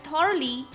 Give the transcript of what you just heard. thoroughly